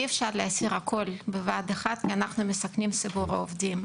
אי אפשר להסיר הכל בבת אחת כי אנחנו מסכנים את ציבור העובדים,